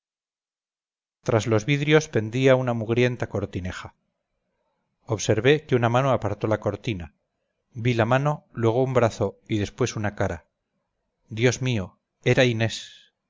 tras los vidrios pendía una mugrienta cortineja observé que una mano apartó la cortina vi la mano luego un brazo y después una cara dios mío era inés